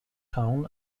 town